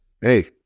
hey